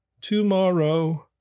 tomorrow